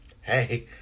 Hey